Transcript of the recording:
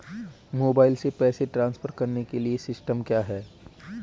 Mobile से पैसे transfer करने के लिए सिस्टम क्या है?